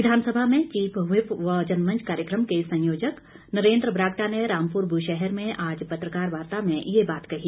विधानसभा में chief whip व जनमंच कार्यक्रम के संयोजक नरेंद्र बरागटा ने रामपुर बुशहर में आज पत्रकार वार्ता में ये बात कही